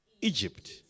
egypt